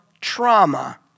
Trauma